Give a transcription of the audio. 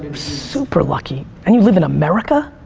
super lucky. and you live in america?